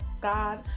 God